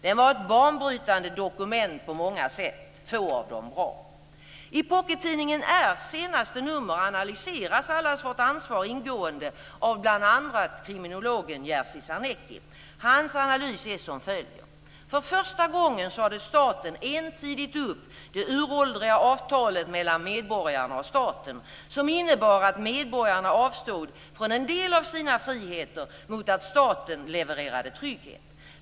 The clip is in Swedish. Det var ett banbrytande dokument på många sätt, få av dem bra. Allas vårt ansvar ingående av bl.a. kriminologen Jerzy Sarnecki. Hans analys är som följer: "För första gången sade staten ensidigt upp det uråldriga avtalet mellan medborgarna och staten, som innebar att medborgarna avstod från en del av sina friheter mot att staten levererade trygghet.